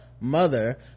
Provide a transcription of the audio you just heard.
mother